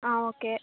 okay